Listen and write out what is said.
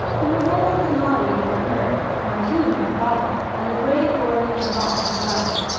the revolt of the mahdi had occurred, khartoum had fallen, and the brave gordon had lost his life.